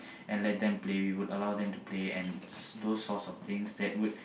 and let them play we would allow them to play and those sorts of things that would